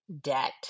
debt